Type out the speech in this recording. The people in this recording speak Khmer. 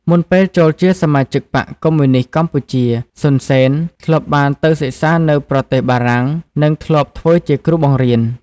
មុនពេលចូលជាសមាជិកបក្សកុម្មុយនីស្តកម្ពុជា សុន សេន ធ្លាប់បានទៅសិក្សានៅប្រទេសបារាំងនិងធ្លាប់ធ្វើជា គ្រូបង្រៀន។